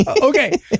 Okay